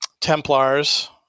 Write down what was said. Templars